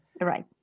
Right